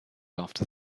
after